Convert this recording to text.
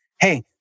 hey